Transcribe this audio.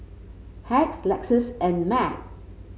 Hacks Lexus and Mac